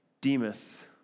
Demas